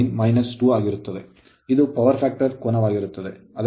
9 2 ಆಗಿರುತ್ತದೆ ಇದು power factor ಕೋನವಾಗಿರುತ್ತದೆ